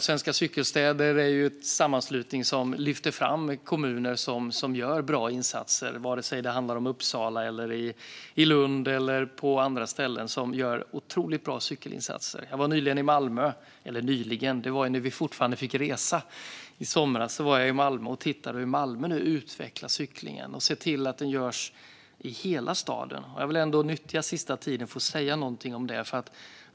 Svenska Cykelstäder är en sammanslutning som lyfter fram kommuner som gör bra insatser, vare sig det handlar om Uppsala, Lund eller andra ställen där man gör otroligt bra cykelinsatser. Jag var nyligen i Malmö - eller nyligen; det var i somras när vi fortfarande fick resa - och tittade på hur man utvecklar cyklingen i hela staden. Jag vill ändå nyttja den sista delen av min talartid för att säga något om detta.